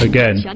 Again